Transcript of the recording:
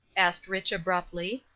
asked rich, abruptly.